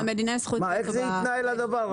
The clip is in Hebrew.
איך יתנהל הדבר הזה?